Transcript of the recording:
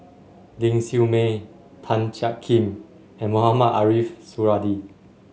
Ling Siew May Tan Jiak Kim and Mohamed Ariff Suradi